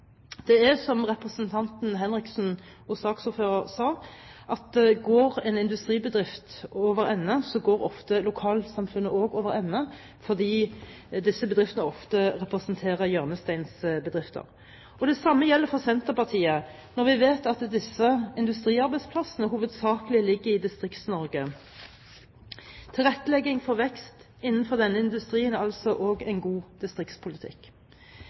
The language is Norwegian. Det er som representanten Henriksen og saksordføreren sa, at går en industribedrift over ende, går ofte lokalsamfunnet også over ende fordi disse bedriftene ofte representerer hjørnesteinsbedrifter. Det samme gjelder for Senterpartiet, når vi vet at disse industriarbeidsplassene hovedsakelig ligger i Distrikts-Norge. Tilrettelegging for vekst innenfor denne industrien er også god distriktspolitikk.